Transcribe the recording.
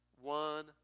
One